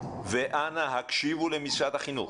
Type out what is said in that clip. אנא הקשיבו למשרד החינוך.